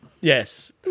Yes